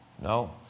No